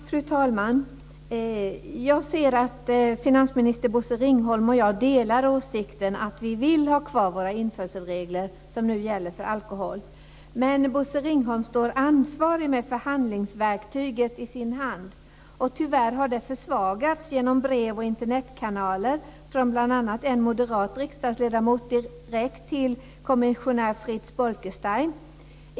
Fru talman! Jag ser att finansminister Bosse Ringholm och jag delar åsikten att de införselregler som nu gäller för alkohol bör behållas. Men Bosse Ringholm står ansvarig med förhandlingsverktyget i hand. Tyvärr har det försvagats genom brev och Internetkanaler från bl.a. en moderat riksdagsledamot direkt till kommissionär Frits Bolkestein.